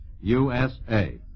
USA